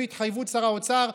לפי התחייבות שר האוצר,